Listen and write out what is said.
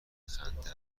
خنده